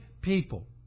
people